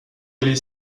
les